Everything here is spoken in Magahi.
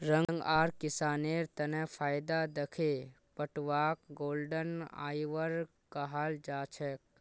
रंग आर किसानेर तने फायदा दखे पटवाक गोल्डन फाइवर कहाल जाछेक